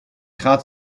gaat